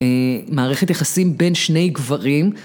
מערכת יחסים בין שני גברים